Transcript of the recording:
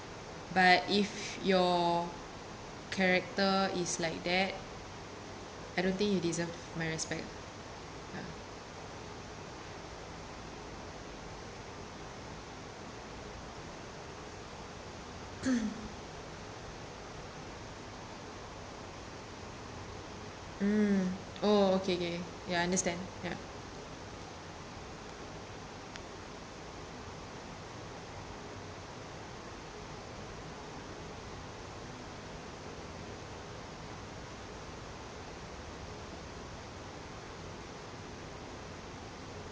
but if your character is like that I don't think you deserve my respect ya mm oh okay okay I understand ya